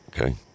okay